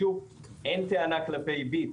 אין לי טענה כלפי "ביט",